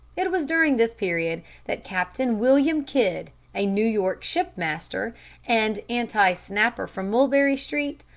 it was during this period that captain william kidd, a new york ship-master and anti-snapper from mulberry street,